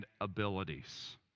abilities